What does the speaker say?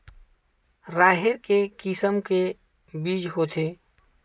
राहेर के किसम के बीज होथे?